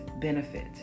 benefit